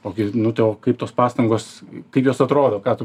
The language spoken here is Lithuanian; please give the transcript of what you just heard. ok nu tai o kaip tos pastangos kaip jos atrodo ką tu